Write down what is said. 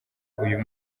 uyu